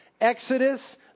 Exodus